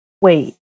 wait